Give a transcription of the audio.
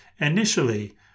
Initially